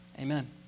amen